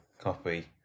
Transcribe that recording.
copy